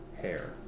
hair